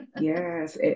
Yes